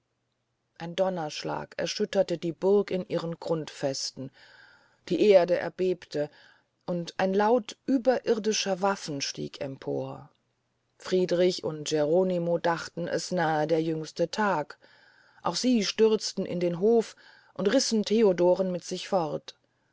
ein donnerschlag erschütterte die burg in ihren grundfesten die erde erbebte und ein laut überirrdischer waffen stieg empor friedrich und geronimo dachten es nahe der jüngste tag auch sie stürzten in den hof und rissen theodoren mit sich fort